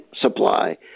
supply